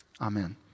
Amen